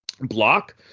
block